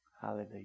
Hallelujah